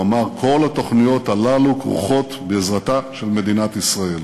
הוא אמר: כל התוכניות הללו כרוכות בעזרתה של מדינת ישראל.